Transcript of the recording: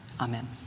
Amen